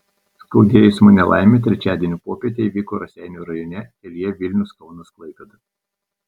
skaudi eismo nelaimė trečiadienio popietę įvyko raseinių rajone kelyje vilnius kaunas klaipėda